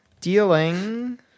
Dealing